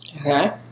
Okay